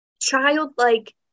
childlike